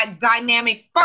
Dynamic